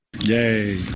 Yay